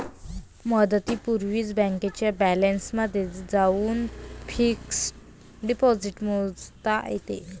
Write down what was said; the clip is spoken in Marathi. मुदतीपूर्वीच बँकेच्या बॅलन्समध्ये जाऊन फिक्स्ड डिपॉझिट मोडता येते